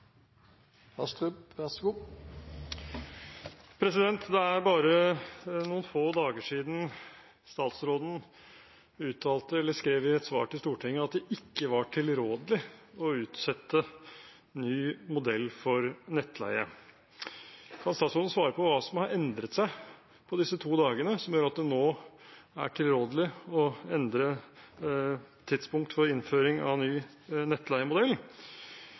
bare noen få dager siden statsråden uttalte, eller skrev, i et svar til Stortinget at det ikke var tilrådelig å utsette ny modell for nettleie. Kan statsråden svare på hva som har endret seg på disse to dagene som gjør at det nå er tilrådelig å endre tidspunkt for innføring av ny nettleiemodell?